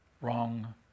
Wrong